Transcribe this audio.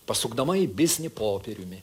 pasukdama į biznį popieriumi